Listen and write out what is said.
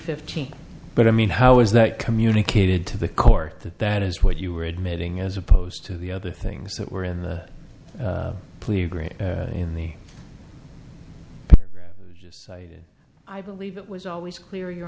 fifteen but i mean how is that communicated to the court that that is what you were admitting as opposed to the other things that were in the plea agreement in the i believe it was always clear your